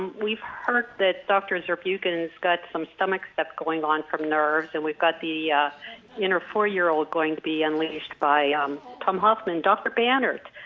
we've heard that dr. zurbuchen's got some stomach stuff going on from nerves, and we've got the yeah inner four year old going to be unleashed by um tom hoffman. dr. banerdt,